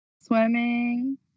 swimming